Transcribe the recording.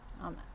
Amen